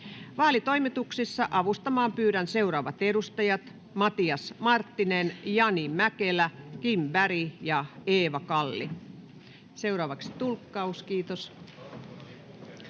Vaalitoimituksessa avustamaan pyydän seuraavat edustajat: Matias Marttinen, Jani Mäkelä, Kim Berg ja Eeva Kalli. Äänestyksen tulos